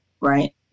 Right